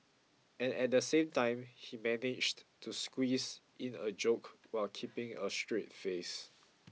and at the same time he managed to squeeze in a joke while keeping a straight face